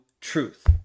truth